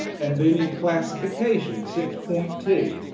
and then your classification, six point two,